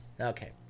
Okay